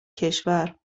کشور